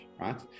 right